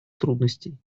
трудностей